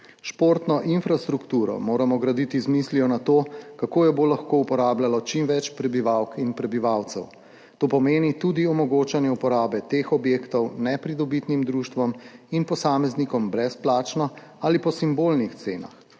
Športno infrastrukturo moramo graditi z mislijo na to, kako jo bo lahko uporabljalo čim več prebivalk in prebivalcev. To pomeni tudi omogočanje uporabe teh objektov nepridobitnim društvom in posameznikom brezplačno ali po simbolnih cenah,